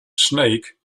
snake